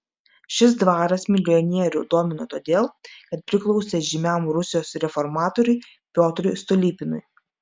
šis dvaras milijonierių domino todėl kad priklausė žymiam rusijos reformatoriui piotrui stolypinui